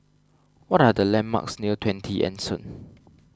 what are the landmarks near twenty Anson